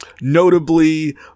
notably